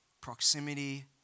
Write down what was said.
Proximity